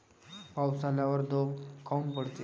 पाऊस आल्यावर दव काऊन पडते?